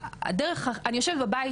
אני יושבת בבית,